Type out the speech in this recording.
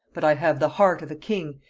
but i have the heart of a king,